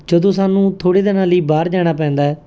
ਜਦੋਂ ਸਾਨੂੰ ਥੋੜ੍ਹੇ ਦਿਨਾਂ ਲਈ ਬਾਹਰ ਜਾਣਾ ਪੈਂਦਾ